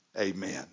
Amen